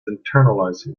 internalizing